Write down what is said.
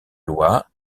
loi